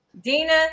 Dina